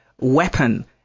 weapon